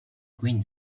green